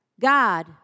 God